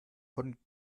von